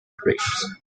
graves